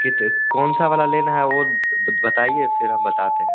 कित कौन सा वाला लेना है वह बताइए फिर हम बताते हैं